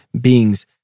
beings